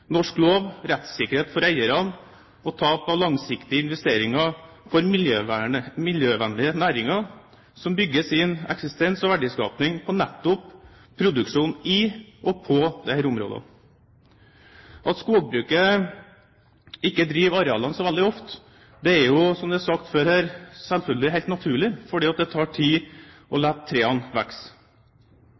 norsk lov, rettssikkerhet for eierne og tap av langsiktige investeringer for miljøvennlige næringer som bygger sin eksistens og verdiskaping på nettopp produksjon i og på disse områdene. At skogbruket ikke driver arealene så veldig ofte, er – som det er sagt før her – selvfølgelig helt naturlig, fordi det tar tid å